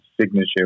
signature